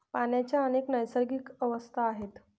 पाण्याच्या अनेक नैसर्गिक अवस्था आहेत